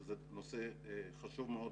שזה נושא חשוב מאוד.